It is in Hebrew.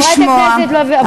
חברת הכנסת לוי אבקסיס.